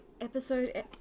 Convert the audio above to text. episode